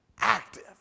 active